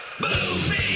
movie